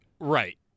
Right